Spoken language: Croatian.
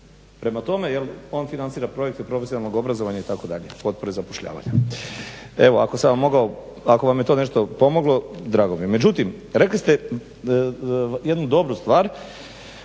prema tome jel on financira projekte profesionalnog obrazovanja itd. potpore zapošljavanja. Evo ako sam vam mogao, ako vam je to nešto pomoglo drago mi je. Međutim rekli ste jednu dobru stvar